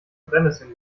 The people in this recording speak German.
brennesseln